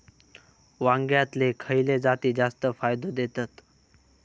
वांग्यातले खयले जाती जास्त फायदो देतत?